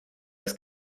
das